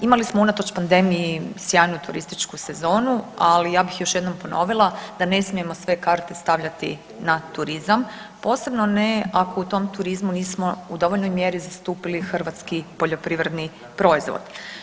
Imali smo unatoč pandemiji sjajnu turističku sezonu, ali ja bih još jednom ponovila da ne smijemo sve karte stavljati na turizam, posebno ne ako u tom turizmu nismo u dovoljnoj mjeri zastupili hrvatski poljoprivredni proizvod.